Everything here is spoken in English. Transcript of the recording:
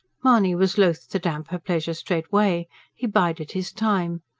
mahony was loath to damp her pleasure straightway he bided his time.